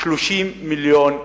30 מיליון שקל.